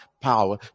Power